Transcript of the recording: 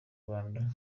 rwanda